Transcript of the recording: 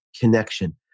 connection